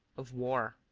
of war